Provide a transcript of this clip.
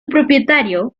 propietario